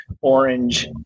orange